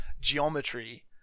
geometry